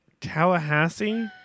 Tallahassee